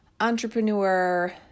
entrepreneur